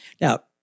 Now